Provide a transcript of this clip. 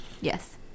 yes